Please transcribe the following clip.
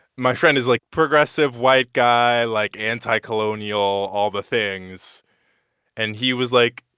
my friend, who's, like, progressive white guy, like, anti-colonial, all the things and he was like,